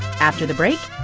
after the break,